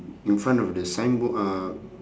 in front of the signboar~ uh